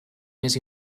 més